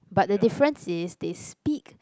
but the difference is they speak